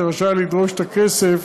שרשאי לדרוש את הכסף